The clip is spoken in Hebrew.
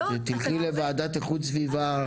תלכי לוועדת איכות הסביבה,